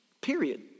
period